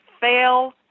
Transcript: fail